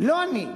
לא אני.